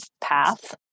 path